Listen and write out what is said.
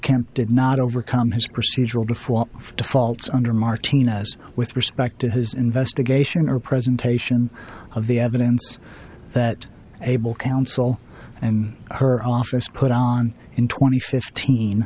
did not overcome his procedural default defaults under martinez with respect to his investigation or presentation of the evidence that able counsel and her office put on in twenty fifteen